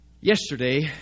Yesterday